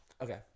okay